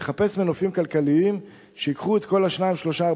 לחפש מנופים כלכליים שייקחו את כל 4-3-2